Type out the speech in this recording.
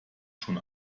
schon